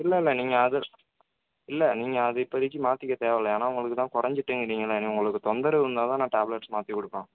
இல்லைல்ல நீங்கள் அதை இல்லை நீங்கள் அதை இப்பதிக்கு மாற்றிக்க தேவைல்ல ஏன்னா உங்களுக்கு தான் குறஞ்சிட்டுங்கிறீங்கல்ல இனி உங்களுக்கு தொந்தரவு இருந்தால்தான் நான் டேப்லெட்ஸ் மாற்றி கொடுப்பேன்